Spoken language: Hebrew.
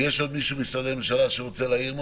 יש עוד מישהו ממשרדי הממשלה שרוצה להעיר משהו?